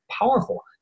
powerful